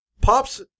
Pops